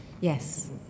Yes